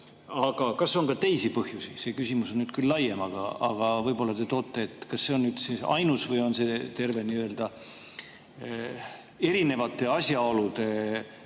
Aga kas on ka teisi põhjusi? See küsimus on küll laiem, aga võib-olla te toote välja, kas see on ainus põhjus või on see terve nii-öelda erinevate asjaolude